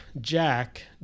Jack